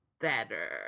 better